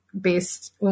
based